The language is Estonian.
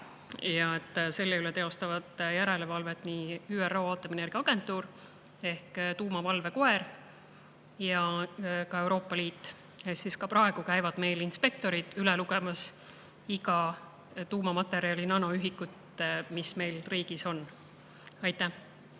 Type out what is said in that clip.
Selle üle teostavad järelevalvet nii ÜRO aatomienergiaagentuur ehk tuumavalvekoer kui ka Euroopa Liit. Ka praegu käivad inspektorid üle lugemas iga tuumamaterjali nanoühikut, mis meil riigis on. Aivar